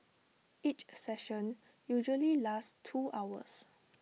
each session usually lasts two hours